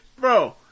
bro